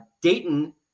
Dayton